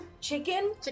chicken